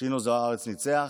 שינו זוארץ ניצח,